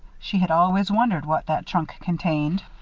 she had always wondered what that trunk contained.